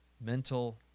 mental